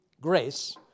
grace